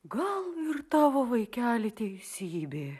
gal ir tavo vaikeli teisybė